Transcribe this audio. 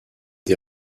des